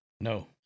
No